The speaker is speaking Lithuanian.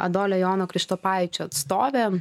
adolio jono krištopaičio atstovė